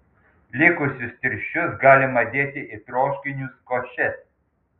likusius tirščius galima dėti į troškinius košes